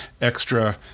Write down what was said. extra